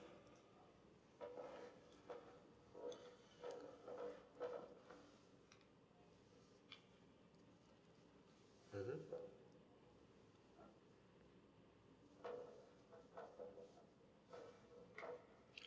mmhmm